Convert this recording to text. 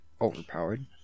overpowered